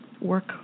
work